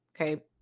okay